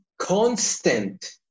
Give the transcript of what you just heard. constant